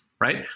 right